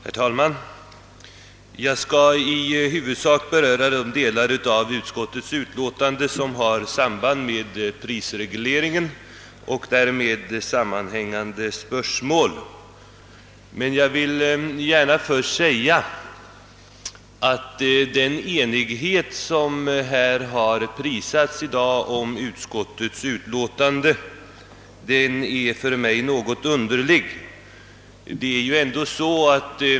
Herr talman! Jag skall i huvudsak beröra de delar av utskottets utlåtande som har samband med prisregleringen och därmed sammanhängande spörsmål. Jag vill gärna först säga att den enighet beträffande utskottets utlåtande som har prisats i dag är något underlig.